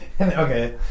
okay